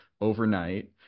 overnight